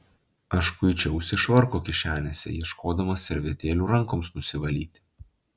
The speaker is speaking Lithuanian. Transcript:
aš kuičiausi švarko kišenėse ieškodamas servetėlių rankoms nusivalyti